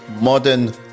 modern